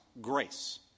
Grace